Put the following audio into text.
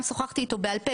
גם שוחחתי אותו בעל פה,